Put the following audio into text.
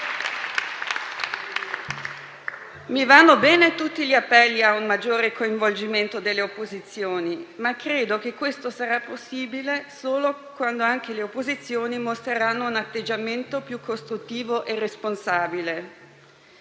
Mi vanno bene tutti gli appelli a un maggiore coinvolgimento delle opposizioni, che credo sarà possibile però solo quando anche esse mostreranno un atteggiamento più costruttivo e responsabile.